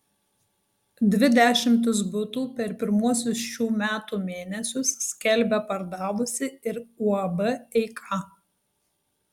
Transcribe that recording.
dvi dešimtis butų per pirmuosius šių metų mėnesius skelbia pardavusi ir uab eika